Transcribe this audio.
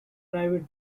private